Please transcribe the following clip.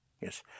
Yes